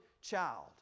child